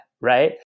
right